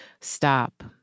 stop